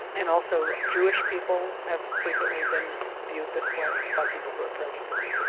and also jewish people have frequently been viewed this way by people who are prejudiced.